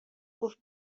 گفت